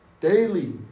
daily